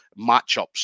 matchups